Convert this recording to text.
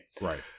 Right